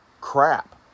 crap